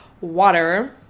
water